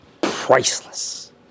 Priceless